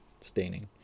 staining